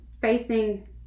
facing